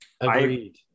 Agreed